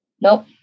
Nope